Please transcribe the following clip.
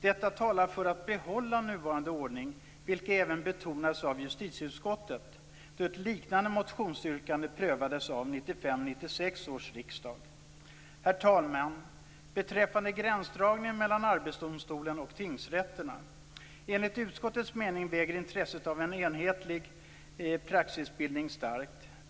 Detta talar för att behålla nuvarande ordning, vilket även betonades av justitieutskottet då ett liknande motionsyrkande prövades av 1995/96 års riksdag. Herr talman! Beträffande gränsdragningen mellan Arbetsdomstolen och tingsrätterna väger enligt utskottets mening intresset av en enhetlig praxisbildning tungt.